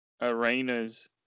arenas